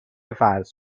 فرض